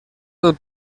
del